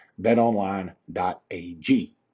BetOnline.ag